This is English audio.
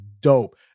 dope